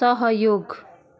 सहयोग